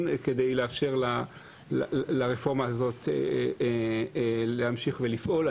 כדי לאפשר לרפורמה הזאת להמשיך ולפעול.